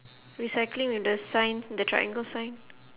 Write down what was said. recycling with the sign the triangle sign